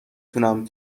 تونم